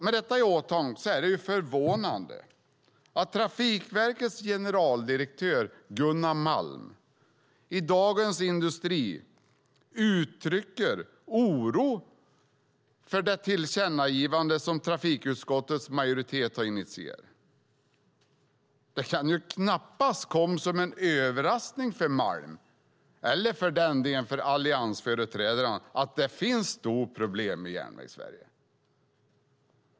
Med detta i åtanke är det förvånande att Trafikverkets generaldirektör Gunnar Malm i Dagens Industri uttrycker oro över det tillkännagivande som trafikutskottets majoritet initierat. Det kan ju knappast komma som en överraskning för Malm, eller för den delen för alliansföreträdarna, att det finns stora problem i Järnvägssverige.